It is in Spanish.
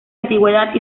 antigüedad